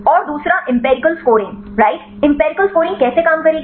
और दूसरा empirical scoring right empirical scoring कैसे काम करेगी